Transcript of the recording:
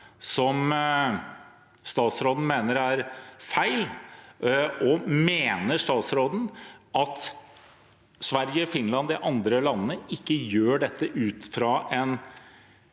som statsråden mener er feil? Mener statsråden at Sverige, Finland og de andre landene ikke gjør dette ut fra en